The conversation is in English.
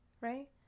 right